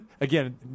again